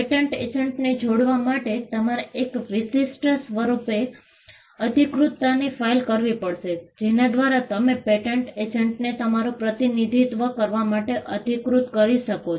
patent એજન્ટને જોડવા માટે તમારે એક વિશિષ્ટ સ્વરૂપે અધિકૃતતાની ફાઇલ કરવી પડશે જેના દ્વારા તમે પેટન્ટ એજન્ટને તમારું પ્રતિનિધિત્વ કરવા માટે અધિકૃત કરી શકો છો